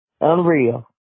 Unreal